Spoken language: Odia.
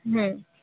ହୁଁ